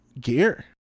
gear